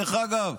דרך אגב,